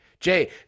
Jay